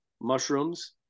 mushrooms